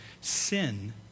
sin